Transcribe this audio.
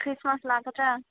Christmas ꯂꯥꯛꯀꯗ꯭ꯔꯥ